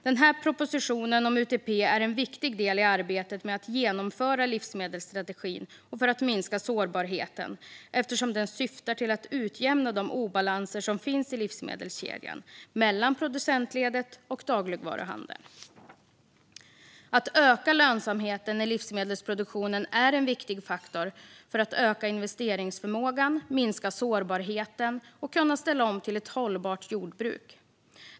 Denna proposition om UTP är en viktig del i arbetet med att genomföra livsmedelsstrategin och med att minska sårbarheten, eftersom den syftar till att utjämna de obalanser som finns i livsmedelskedjan mellan producentledet och dagligvaruhandeln. Att öka lönsamheten i livsmedelsproduktionen är en viktig faktor för att öka investeringsförmågan, minska sårbarheten och kunna ställa om till ett hållbart jordbruk.